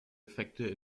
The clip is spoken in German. effekte